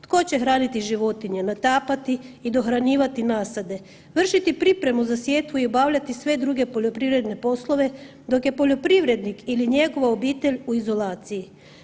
Tko će hraniti životinje, natapati i dohranjivati nasade, vršiti pripremu za sjetvu i obavljati sve druge poljoprivredne poslove dok je poljoprivrednik ili njegova obitelj u izolaciji?